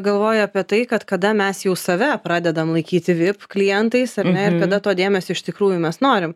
galvoju apie tai kad kada mes jau save pradedam laikyti vip klientais ar ne ir kada to dėmesio iš tikrųjų mes norim